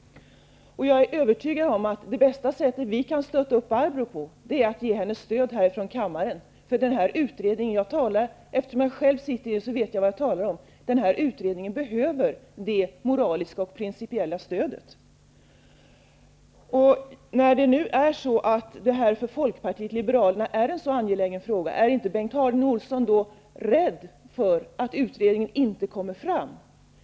Jag är övertygad om att det bästa sättet vi kan stötta Barbro Westerholm på är att ge henne stöd ifrån kammaren. Eftersom jag själv sitter med i utredningen vet jag vad jag talar om, och den här utredningen behöver det moraliska och principiella stödet. När detta för Folkpartiet liberalerna är en så angelägen fråga, är inte Bengt Harding Olson rädd för att utredningen inte kommer fram?